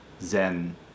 zen